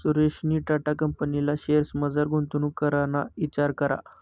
सुरेशनी टाटा कंपनीना शेअर्समझार गुंतवणूक कराना इचार करा